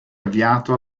avviato